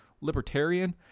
libertarian